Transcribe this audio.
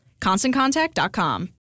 ConstantContact.com